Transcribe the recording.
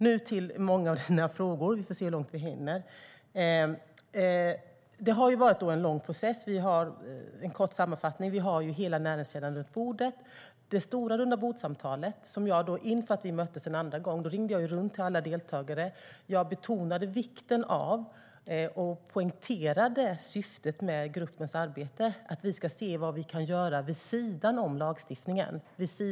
Nu till dina frågor - vi får se hur långt vi hinner. Detta har varit en lång process. En kort sammanfattning: Vi har hela näringskedjan runt bordet. Inför att vi möttes en andra gång i det stora rundabordssamtalet ringde jag runt till alla deltagare. Jag betonade då vikten av och poängterade syftet med gruppens arbete: att vi ska se vad vi kan göra vid sidan av lagstiftningen.